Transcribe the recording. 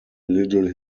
little